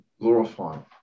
glorifying